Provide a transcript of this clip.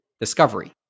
discovery